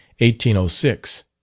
1806